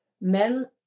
men